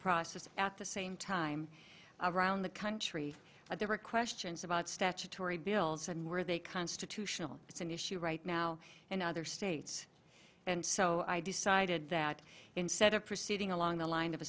process at the same time around the country there were questions about statutory bills and where they constitutional it's an issue right now in other states and so i decided that instead of proceeding along the line